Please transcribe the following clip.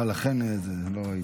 סליחה, לא ראיתי.